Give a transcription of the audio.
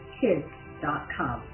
kids.com